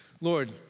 Lord